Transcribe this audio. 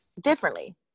differently